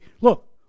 look